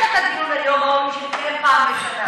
את הדיון ביום למאבק בעוני שמתקיים פעם בשנה.